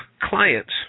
clients